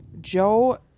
Joe